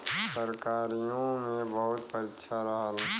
सरकारीओ मे बहुत परीक्षा रहल